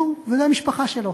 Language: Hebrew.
וזו המשפחה שלו.